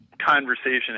conversation